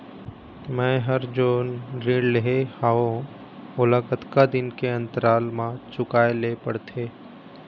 मैं हर जोन ऋण लेहे हाओ ओला कतका दिन के अंतराल मा चुकाए ले पड़ते?